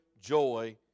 joy